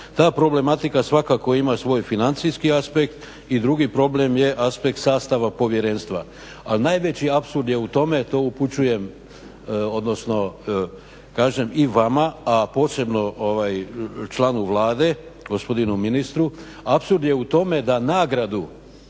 Ta problematika svakako ima svoj financijski aspekt i drugi problem je aspekt sastava povjerenstva. Ali najveći apsurd je u tome, to upućujem, odnosno kažem i vama a posebno članu Vlade gospodinu ministru, apsurd je u tome da nagradu